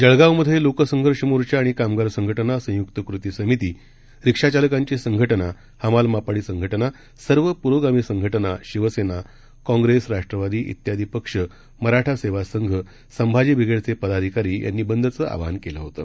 जळगावमधे लोकसंघर्ष मोर्चा आणि कामगार संघटना सयुंक्त कृती समिती रिक्षाचालकांची संघटना हमाल मापडी संघटना सर्व पुरोगामी संघटना शिवसेना काँप्रेस राष्ट्रवादी वियादी पक्ष मराठा सेवा संघ संभाजी ब्रिगेडचे पदाधिकारी यांनी बंदचं आवाहन केलं होतं